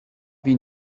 been